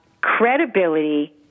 Credibility